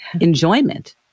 enjoyment